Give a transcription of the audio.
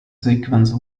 sequence